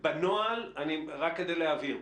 רק כדי להבהיר.